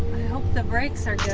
hope the brakes are good